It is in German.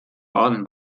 baden